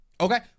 okay